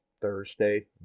Thursday